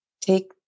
take